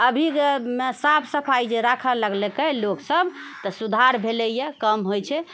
अभीमे साफ सफाइ जे राखय लगलकै लोकसभ तऽ सुधार भेलैए कम होइत छै